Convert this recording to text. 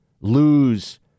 lose